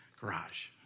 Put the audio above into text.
garage